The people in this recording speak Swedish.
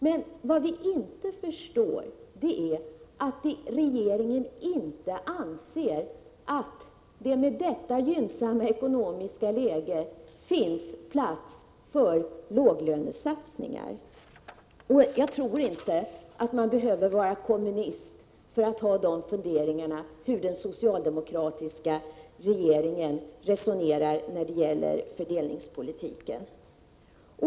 Men vad vi inte förstår är att regeringen inte anser att det i detta gynnsamma ekonomiska läge finns plats för låglönesatsningar. Jag tror inte att man behöver vara kommunist för att ha funderingar över hur den socialdemokratiska regeringen resonerar när det gäller fördelningspolitiken.